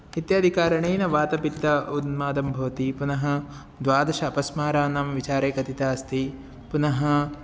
इत्यादि कारणेन वातपित्तोन्मादः भवति पुनः द्वादश अपस्माराणां विचारे कथितः अस्ति पुनः